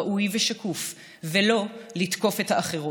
ראוי ושקוף ולא לתקוף את האחרות.